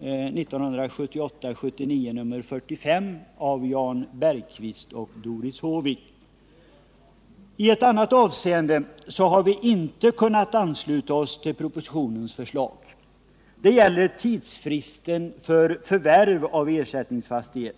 1978/ 79:45 av Jan Bergqvist och Doris Håvik. I ett annat avseende har vi inte kunnat ansluta oss till propositionens förslag. Det gäller tidsfristen för förvärv av ersättningsfastighet.